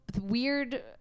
weird